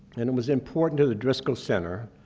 and it was important to the driskell center.